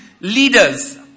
leaders